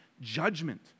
judgment